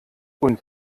und